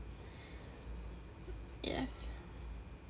yes